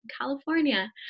california